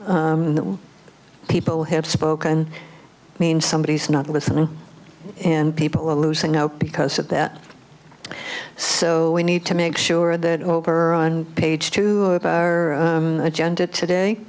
people have spoken means somebody is not listening and people are losing out because of that so we need to make sure that over on page two of our agenda today